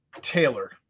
Taylor